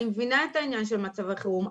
אני מבינה את העניין של מצב החירום.